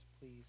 please